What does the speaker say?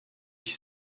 ich